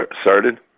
started